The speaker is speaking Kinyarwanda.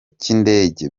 cy’indege